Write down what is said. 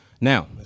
Now